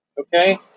Okay